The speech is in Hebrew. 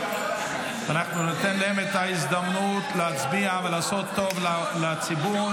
אנחנו ניתן להם את ההזדמנות להצביע ולעשות טוב לציבור.